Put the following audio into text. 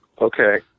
Okay